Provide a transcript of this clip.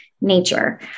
nature